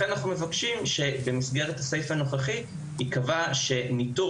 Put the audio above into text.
לכן אנחנו מבקשים שבמסגרת הסעיף הנוכחי יקבע שניטור